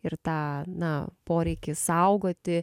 ir tą na poreikį saugoti